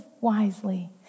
wisely